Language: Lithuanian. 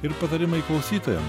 ir patarimai klausytojams